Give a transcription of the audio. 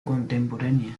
contemporánea